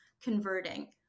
converting